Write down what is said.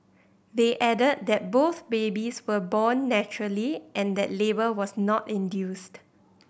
they added that both babies were born naturally and that labour was not induced